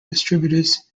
distributors